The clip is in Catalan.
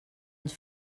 ens